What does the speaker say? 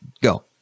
go